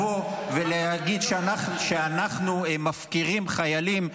לבוא ולהגיד שאנחנו מפקירים חיילים,